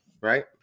right